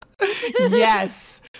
Yes